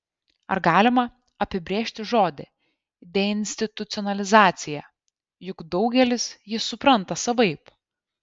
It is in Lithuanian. ar galima apibrėžti žodį deinstitucionalizacija juk daugelis jį supranta savaip